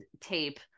tape